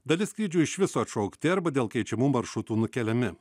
dalis skrydžių iš viso atšaukti arba dėl keičiamų maršrutų nukeliami